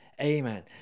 Amen